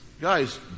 Guys